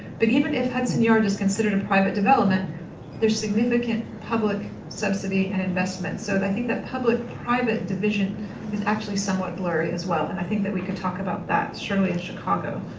but even if hudson yard is considered a private development there's significant public subsidy and investment. so i think that public, private division is actually somewhat blurry as well. i think that we can talk about that surely in chicago.